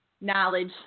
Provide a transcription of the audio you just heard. knowledge